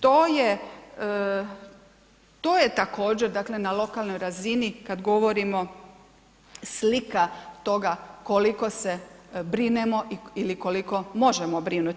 To je, to je također dakle na lokalnoj razini kad govorimo slika toga koliko se brinemo ili koliko možemo brinuti.